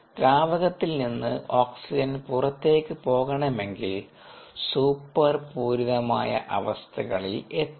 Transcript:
ദ്രാവകത്തിൽ നിന്ന് ഓക്സിജൻ പുറത്തേക്ക് പോകണമെങ്കിൽ സൂപ്പർ പൂരിതമായ അവസ്ഥകളിൽ എത്തണം